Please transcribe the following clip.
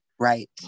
Right